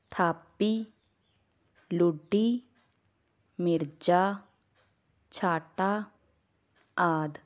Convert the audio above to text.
ਥਾਪੀ ਲੁੱਡੀ ਮਿਰਜ਼ਾ ਛਾਟਾ ਆਦਿ